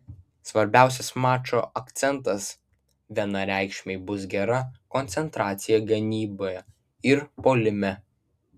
svarbiausias mačo akcentas vienareikšmiai bus gera koncentracija gynyboje ir puolime